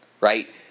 right